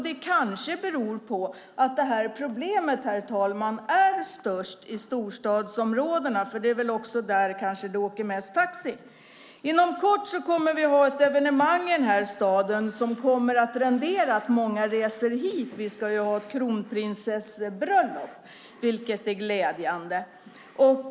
Det kanske beror på att detta problem, herr talman, är störst i storstadsområdena. Det är väl där man åker mest taxi. Inom kort kommer vi att ha ett evenemang i denna stad som kommer att leda till att många reser hit: Vi ska ha ett kronprinsessbröllop, vilket är glädjande.